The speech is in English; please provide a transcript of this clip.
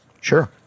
Sure